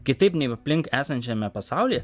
kitaip nei aplink esančiame pasaulyje